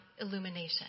illumination